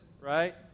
right